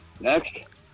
Next